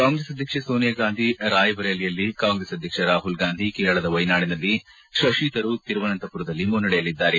ಕಾಂಗ್ರೆಸ್ ಅಧ್ಯಕ್ಷೆ ಸೋನಿಯಾಗಾಂಧಿ ರಾಯಬರೇಲಿಯಲ್ಲಿ ಕಾಂಗ್ರೆಸ್ ಅಧ್ಯಕ್ಷ ರಾಹುಲ್ಗಾಂಧಿ ಕೇರಳದ ವೈನಾಡ್ನಲ್ಲಿ ಶಶಿತರೂರ್ ತಿರುವನಂತಪುರಂನಲ್ಲಿ ಮುನ್ನಡೆಯಲ್ಲಿದ್ದಾರೆ